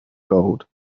gold